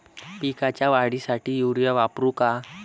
पिकाच्या वाढीसाठी युरिया वापरू का?